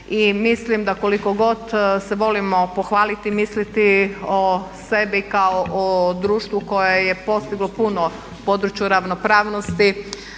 mislim da koliko god se volimo pohvaliti i misliti o sebi kao o društvu koje je postiglo puno u području ravnopravnosti